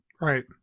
Right